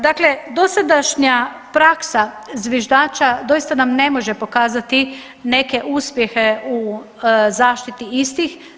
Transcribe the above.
Dakle, dosadašnja praksa zviždača doista nam ne može pokazati neke uspjehe u zaštiti istih.